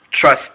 trust